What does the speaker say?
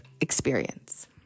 Experience